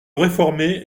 réformer